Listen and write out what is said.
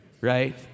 right